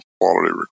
quality